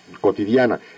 cotidiana